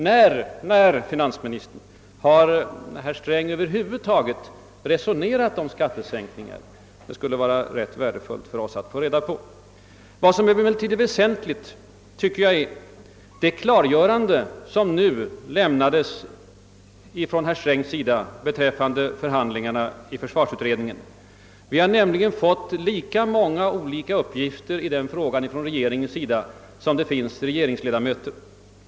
När har herr Sträng över huvud taget själv funderat på skattesänkningar? Det skulle vara intressant att få ett svar på den frågan. Vad som var mest väsentligt i herr Strängs inlägg var det klargörande som herr Sträng lämnade rörande förhandlingarna i försvarsutredningen,. Vi har nämligen från regeringen fått nästan lika många uppgifter om den saken som det finns regeringsledamöter.